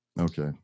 Okay